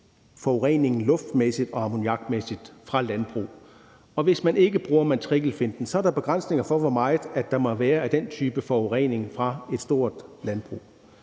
set den luftmæssige og ammoniakmæssige forurening fra landbrug. Og hvis man ikke bruger matrikelfinten, er der begrænsninger for, hvor meget der må være af den type forurening fra et stort landbrug.